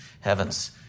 heavens